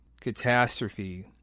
catastrophe